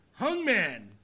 Hungman